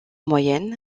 moyenne